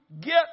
get